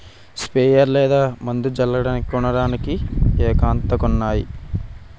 sprayer లేదు మందు జల్లడానికి కొనడానికి ఏతకతన్నాను